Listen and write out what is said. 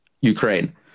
Ukraine